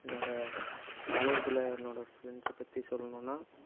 என்னோடய காலேஜில் என்னோடய ஃப்ரெண்ட்ஸை பற்றி சொல்லணும்னா